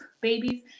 babies